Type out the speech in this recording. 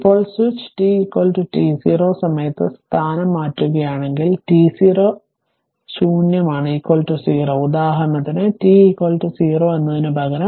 ഇപ്പോൾ switch t t0 സമയത്ത് സ്ഥാനം മാറ്റുകയാണെങ്കിൽ t0 ഒരു ശൂന്യമാണ് 0 ഉദാഹരണത്തിന് t 0 എന്നതിനുപകരം